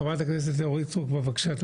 חברת הכנסת אורית סטרוק, תמשיכי, בבקשה.